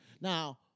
Now